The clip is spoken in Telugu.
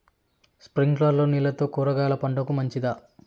స్ప్రింక్లర్లు నీళ్లతో కూరగాయల పంటకు మంచిదా?